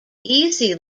easy